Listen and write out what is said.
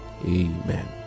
Amen